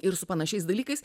ir su panašiais dalykais